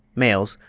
males,